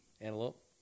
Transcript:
Antelope